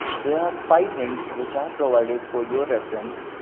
there are five hints which are provided for your reference.